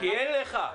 כי אין לך.